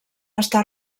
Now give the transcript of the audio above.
està